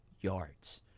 yards